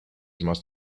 must